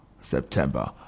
september